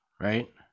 right